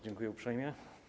Dziękuję uprzejmie.